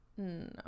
no